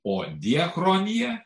o diachronija